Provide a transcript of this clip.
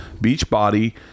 Beachbody